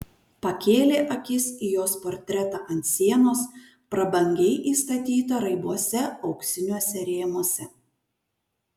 pakėlė akis į jos portretą ant sienos prabangiai įstatytą raibuose auksiniuose rėmuose